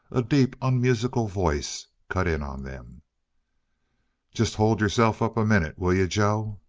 a deep, unmusical voice cut in on them just hold yourself up a minute, will you, joe?